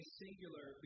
singular